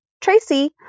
Tracy